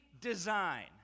design